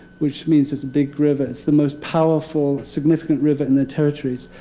which means it's a big river. it's the most powerful, significant river in their territories.